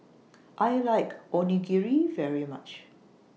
I like Onigiri very much